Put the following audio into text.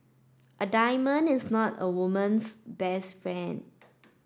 a diamond is not a woman's best friend